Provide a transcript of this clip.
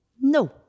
no